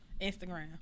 Instagram